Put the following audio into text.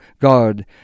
God